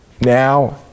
now